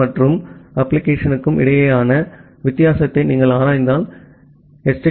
B மற்றும் அப்ளிகேஷனுக்கும் இடையேயான வித்தியாசத்தை நீங்கள் ஆராய்ந்தால் நீங்கள் எச்